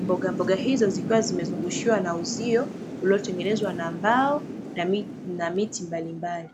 mbogamboga hizo zikiwa zimezungushiwa na uzio ulitengenezwa na mbao na miti mbalimbali.